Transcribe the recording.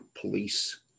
police